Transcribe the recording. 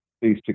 Please